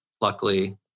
luckily